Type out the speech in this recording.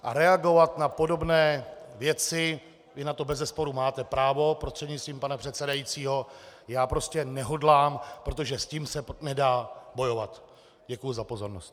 A reagovat na podobné věci, vy na to bezesporu máte právo, prostřednictvím pana předsedajícího, já prostě nehodlám, protože s tím se nedá bojovat. Děkuju za pozornost.